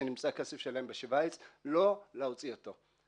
שהכסף שלהם נמצא בשוויץ שאסור להוציא אותו.